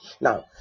now